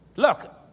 Look